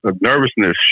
nervousness